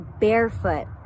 barefoot